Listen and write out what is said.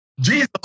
Jesus